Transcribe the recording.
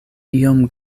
iom